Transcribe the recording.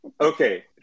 okay